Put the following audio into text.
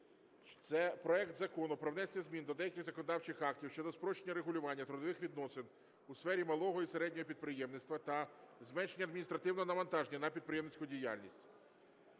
це проект Закону про внесення змін до деяких законодавчих актів щодо спрощення регулювання трудових відносин у сфері малого і середнього підприємництва та зменшення адміністративного навантаження на підприємницьку діяльність.